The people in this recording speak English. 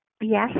yes